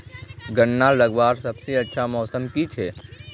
गन्ना लगवार सबसे अच्छा मौसम की छे?